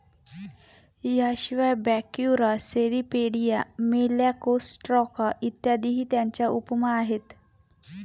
याशिवाय Brachyura, Cirripedia, Malacostraca इत्यादीही त्याच्या उपमा आहेत